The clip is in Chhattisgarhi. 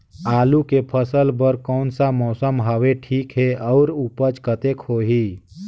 आलू के फसल बर कोन सा मौसम हवे ठीक हे अउर ऊपज कतेक होही?